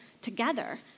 together